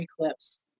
eclipse